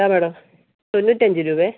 ഇതാ മേഡം തൊണ്ണൂറ്റഞ്ച് രൂപയാണ്